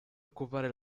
occupare